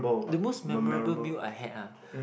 the most memorable meal I had ah